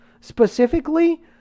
Specifically